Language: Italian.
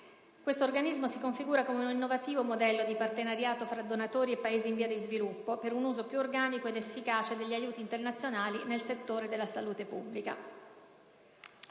Tale organismo si configura come un innovativo modello di partenariato fra donatori e Paesi in via di sviluppo, per un uso più organico ed efficace degli aiuti internazionali nel settore della salute pubblica.